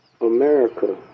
America